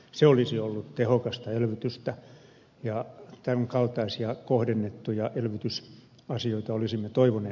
se olisi ollut tehokasta elvytystä ja tämän kaltaisia kohdennettuja elvytysasioita olisimme toivoneet